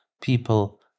people